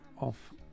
off